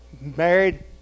married